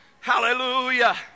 Hallelujah